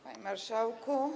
Panie Marszałku!